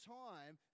time